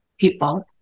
people